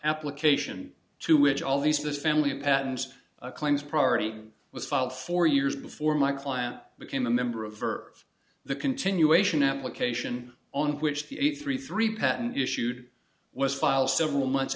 application to which all these this family patents claims priority was filed four years before my client became a member of verbs the continuation application on which the eight three three patent issued was filed several months